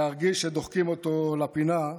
להרגיש שדוחקים אותו לפינה.